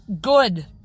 good